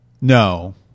No